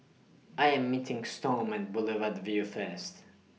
I Am meeting Storm men Boulevard Vue First